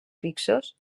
fixos